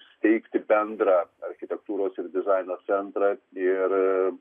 steigti bendrą architektūros ir dizaino centrą ir